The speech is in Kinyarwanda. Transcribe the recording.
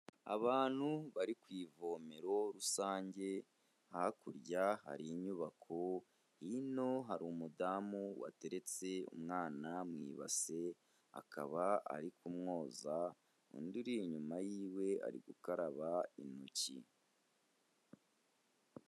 Abantu bari ku ivomero rusange, hakurya hari inyubako, hino hari umudamu wateretse umwana mu ibase akaba ari kumwoza, undi uri inyuma yiwe ari gukaraba intoki.